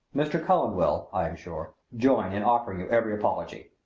mr. cullen will, i am sure, join in offering you every apology.